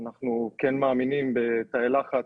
אנחנו כן מאמינים בתאי לחץ